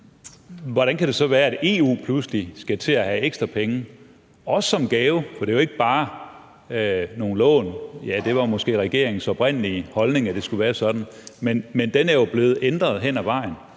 Hvordan kan det så være, at EU pludselig skal have ekstra penge – også som gave? For det er jo ikke bare nogle lån. Det var måske regeringens oprindelige holdning, at det skulle være sådan, men den er jo blevet ændret hen ad vejen.